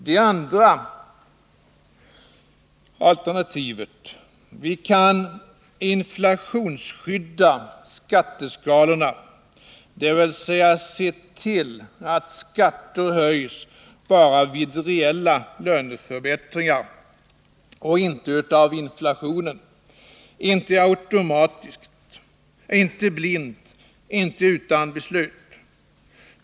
Det andra alternativet är att vi kan inflationsskydda skatteskalorna, dvs. se till att skatter höjs bara vid reella löneförbättringar och inte av inflationen, inte automatiskt och inte blint, inte utan beslut.